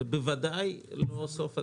זה בוודאי לא סוף הדרך,